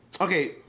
Okay